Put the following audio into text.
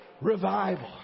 Revival